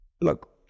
Look